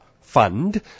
fund